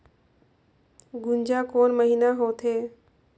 गुनजा कोन महीना होथे?